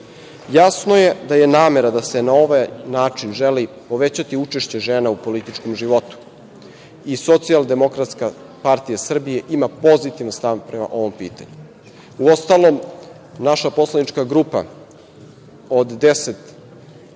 Jasno je da je namera da se na ovaj način želi povećati učešće žena u političkom životu i Socijaldemokratska partija Srbije ima pozitivan stav prema ovom pitanju. Uostalom, naša poslanička grupa od 10